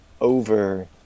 over